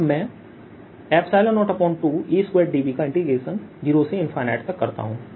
अब मैं 02E2dVका इंटीग्रेशन 0 से ∞ तक करता हूं